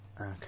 Okay